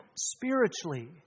spiritually